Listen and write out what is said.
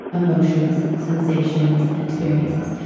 emotions, sensations and experiences.